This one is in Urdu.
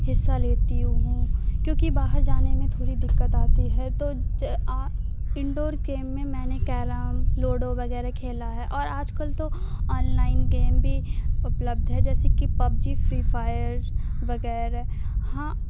حصہ لیتی ہوں کیونکہ باہر جانے میں تھوڑی دقت آتی ہے تو انڈور گیم میں میں نے کیرم لوڈو وغیرہ کھیلا ہے اور آج کل تو آنلائن گیم بھی اپلبدھ ہے جیسے کہ پبجی فری فائر وغیرہ ہاں